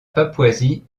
papouasie